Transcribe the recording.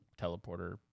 Teleporter